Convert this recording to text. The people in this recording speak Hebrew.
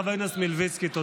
חבר הכנסת מלביצקי, תודה.